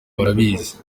barabizi